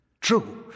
True